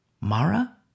Mara